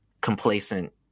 complacent